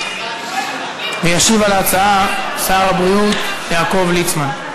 וישיב על ההצעה שר הבריאות יעקב ליצמן.